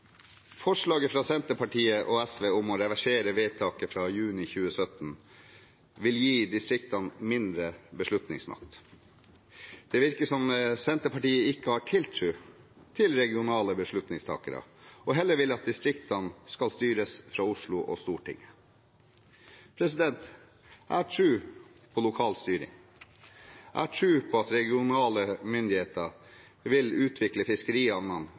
Forslaget fra Senterpartiet og SV om å reversere vedtaket fra juni 2017 vil gi distriktene mindre beslutningsmakt. Det virker som om Senterpartiet ikke har tiltro til regionale beslutningstakere og heller vil at distriktene skal styres fra Oslo og Stortinget. Jeg har tro på lokal styring. Jeg har tro på at regionale myndigheter vil utvikle fiskerihavnene